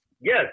Yes